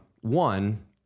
one